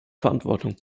verantwortung